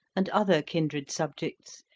and other kindred subjects,